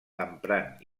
emprant